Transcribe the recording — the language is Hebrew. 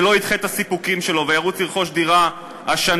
לא ידחה את הסיפוקים שלו וירוץ לרכוש דירה השנה,